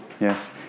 Yes